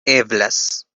eblas